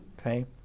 Okay